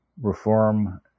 reform